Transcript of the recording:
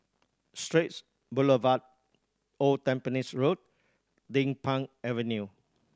Straits Boulevard Old Tampines Road Din Pang Avenue